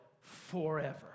forever